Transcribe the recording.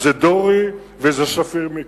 "דורי" ו"שפיר".